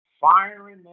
firing